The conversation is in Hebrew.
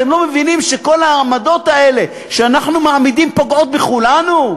אתם לא מבינים שכל העמדות האלה שאנחנו מעמידים פוגעות בכולנו?